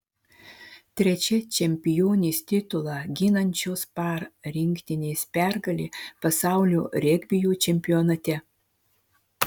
trečia čempionės titulą ginančios par rinktinės pergalė pasaulio regbio čempionate